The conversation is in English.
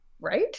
right